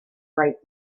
right